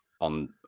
on